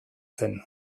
zen